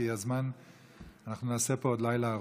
כי נעשה פה עוד לילה ארוך.